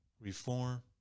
reform